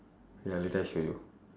ya later I show you